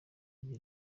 ugira